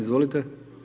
Izvolite.